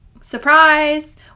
surprise